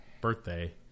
birthday